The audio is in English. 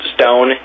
stone